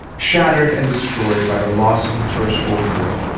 shattered and destroyed by the loss of the first world war,